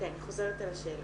אני לא מבינה בדיוק את השאלה.